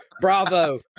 bravo